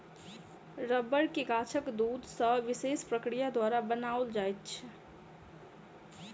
रबड़ के गाछक दूध सॅ विशेष प्रक्रिया द्वारा बनाओल जाइत छै